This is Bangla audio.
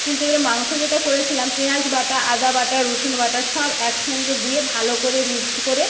কিন্তু এবারে মাংস যেটা করেছিলাম পেঁয়াজ বাটা আদা বাটা রসুন বাটা সব এক সঙ্গে দিয়ে ভালো করে মিক্সড করে